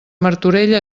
martorell